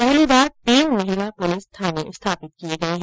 पहली बार तीन महिला पुलिस थाने स्थापित किए गए हैं